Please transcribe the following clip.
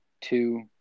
two